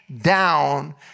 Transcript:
down